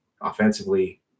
offensively